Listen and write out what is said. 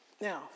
Now